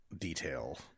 detail